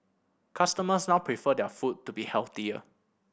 customers now prefer their food to be healthier